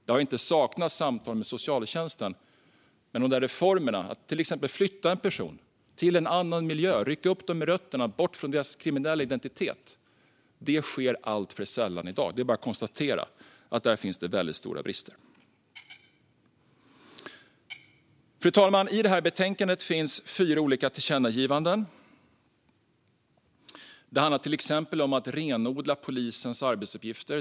Det har inte saknats samtal med socialtjänsten. Men jag tänker på de där reformerna. Det sker alltför sällan i dag att man till exempel flyttar personerna till en annan miljö, rycker upp dem med rötterna bort från deras kriminella identitet. Det är bara att konstatera att det finns väldigt stora brister där. Fru talman! I detta betänkande finns fyra olika tillkännagivanden. Det handlar till exempel om att renodla polisens arbetsuppgifter.